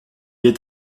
est